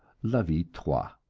la vie trois.